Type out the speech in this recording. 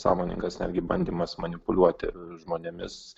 sąmoningas netgi bandymas manipuliuoti žmonėmis